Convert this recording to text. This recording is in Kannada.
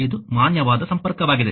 ಇದು ಮಾನ್ಯವಾದ ಸಂಪರ್ಕವಾಗಿದೆ